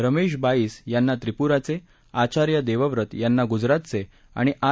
रमेश बाईस यांना त्रिप्राचे आचार्य देवव्रत यांना गुजरातचे आणि आर